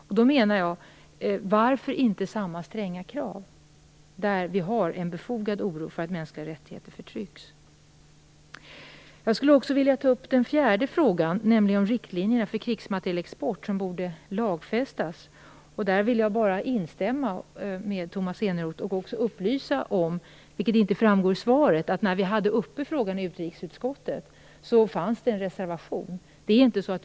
Jag undrar då: Varför ställer man inte samma stränga krav där det finns en befogad oro för att mänskliga rättigheter förtrycks? Jag skulle också vilja ta upp den fjärde frågan, om riktlinjerna för krigsmaterielexport borde lagfästas. Jag vill instämma med Tomas Eneroth. Jag vill också upplysa om något som inte framgår av svaret. När vi hade frågan uppe i utrikesutskottet fanns det en reservation.